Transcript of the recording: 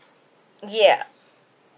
ya